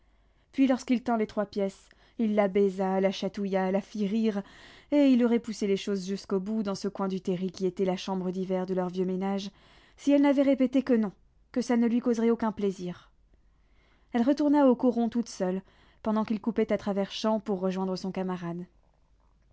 puis lorsqu'il tint les trois pièces il la baisa la chatouilla la fit rire et il aurait poussé les choses jusqu'au bout dans ce coin du terri qui était la chambre d'hiver de leur vieux ménage si elle n'avait répété que non que ça ne lui causerait aucun plaisir elle retourna au coron toute seule pendant qu'il coupait à travers champs pour rejoindre son camarade